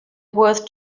worth